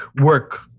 work